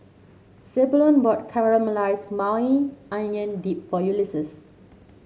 Zebulon bought Caramelized Maui Onion Dip for Ulises